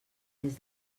des